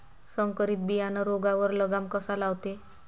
संकरीत बियानं रोगावर लगाम कसा लावते?